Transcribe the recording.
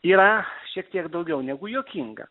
yra šiek tiek daugiau negu juokinga